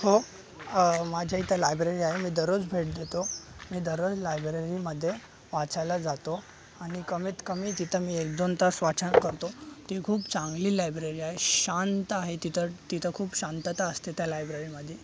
हो माझ्या इथं लायब्ररी आहे मी दररोज भेट देतो मी दररोज लायब्ररीमध्ये वाचायला जातो आणि कमीत कमी तिथं मी एक दोन तास वाचन करतो ती खूप चांगली लायब्ररी आहे शांत आहे तिथं तिथं खूप शांतता असते त्या लायब्ररीमध्ये